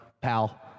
pal